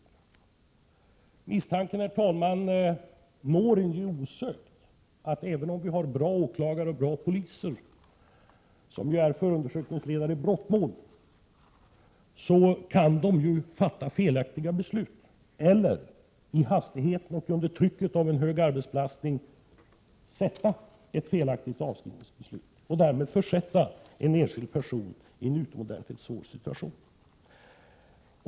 Misstanken, herr talman, infinner sig osökt att även om vi har bra åklagare och bra poliser, som ju är förundersökningsledare i brottmål, kan de fatta felaktiga beslut eller i hastigheten under trycket av en stor arbetsbelastning fatta ett felaktigt avskrivningsbeslut och därmed försätta en enskild person i en utomordentligt svår situation.